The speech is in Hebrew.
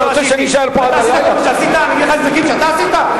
אתה רוצה שאני אגיד לך נזקים שאתה עשית?